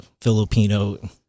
Filipino